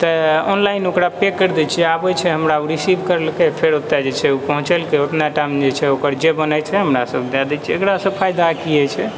तऽ ऑनलाइन ओकरा पे करि दै छियै आबै छै हमरा ओ रिसीव करलकै फेर ओतय जे छै पहुँचेलकै अतबै टाइम जे छै ओकर जे बनै छै हमरा सभ दए दै छियै एकरासँ फायदा कि होइ छै